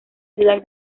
ciudad